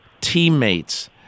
teammates